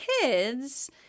kids –